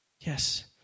Yes